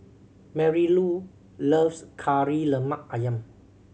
Marylou loves Kari Lemak Ayam